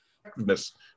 effectiveness